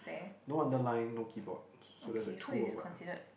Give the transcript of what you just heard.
no underline no keyboard so that's like two or what